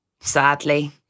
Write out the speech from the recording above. sadly